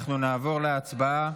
אנחנו נעבור להצבעה.